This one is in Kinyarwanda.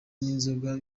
n’inzoga